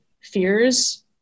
fears